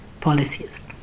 policies